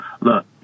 look